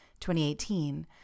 2018